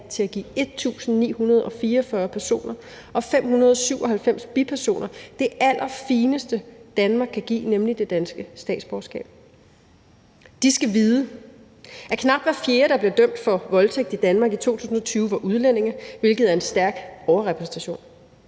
til at give 1.944 personer og 597 bipersoner det allerfineste, Danmark kan give, nemlig det danske statsborgerskab. De skal vide, at knap hver fjerde, der blev dømt for voldtægt i Danmark i 2020, var udlændinge, hvilket er en stærk overrepræsentation.